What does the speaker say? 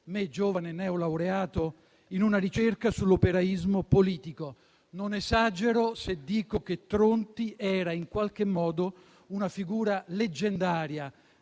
me, giovane neolaureato, in una ricerca sull'operaismo politico. Non esagero se dico che Tronti era in qualche modo una figura leggendaria